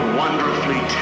wonderfully